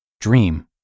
dream